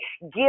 give